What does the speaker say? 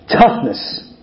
Toughness